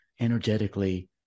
energetically